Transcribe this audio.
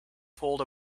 pulled